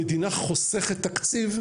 המדינה חוסכת תקציב,